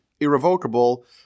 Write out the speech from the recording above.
irrevocable